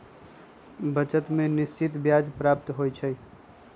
बचत में निश्चित ब्याज प्राप्त होइ छइ